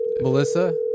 Melissa